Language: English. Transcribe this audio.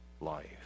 life